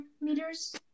meters